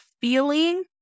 feeling